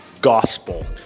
gospel